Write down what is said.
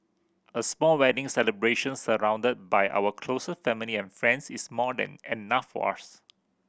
a small wedding celebration surrounded by our closest family and friends is more than enough for us